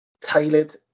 tailored